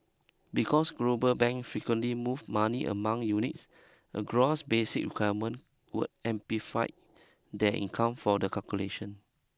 because global banks frequently move money among units a gross basis requirement would amplify their income for the calculation